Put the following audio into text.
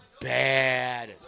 Bad